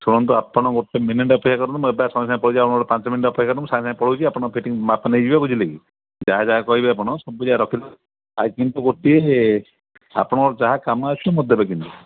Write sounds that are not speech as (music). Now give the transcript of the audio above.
ଶୁଣନ୍ତୁ ଆପଣ ଗୋଟ ମିନିଟ ଅପେକ୍ଷା କରନ୍ତୁ ମୁଁ ଏବେ ଆପଣ ସାଙ୍ଗେ ପଳାଇ ଯାଇ (unintelligible) ପାଞ୍ଚ ମିନିଟ ଅପେକ୍ଷା କରନ୍ତୁ ମୁଁ ସାଙ୍ଗେ ସାଙ୍ଗେ ପଳଉଛି ଆପଣ ଫିଟିଙ୍ଗି ମାପ ନେଇଯିବେ ବୁଝିଲେକି ଯାହା ଯାହା କହିବେ ଆପଣ ସବୁ ଯାଗାରେ ରଖିଲୁ ଆଉ କିନ୍ତୁ ଗୋଟିଏ ଆପଣଙ୍କର ଯାହା କାମ ଆସିବ ମୋତେ ଦେବେ କିନ୍ତୁ